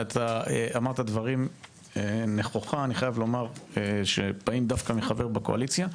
אתה אמרת דברים נכוחה שבאים דווקא מחבר בקואליציה,